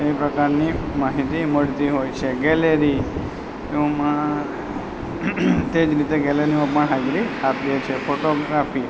એ પ્રકારની માહિતી મળતી હોય છે ગેલેરી એમાં તે જ રીતે ગેલેરીમાં પણ હાજરી આપીએ છે ફોટોગ્રાફી